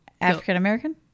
African-American